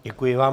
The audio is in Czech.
Děkuji vám.